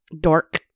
Dork